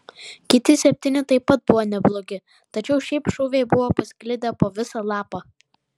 kiti septyni taip pat buvo neblogi tačiau šiaip šūviai buvo pasklidę po visą lapą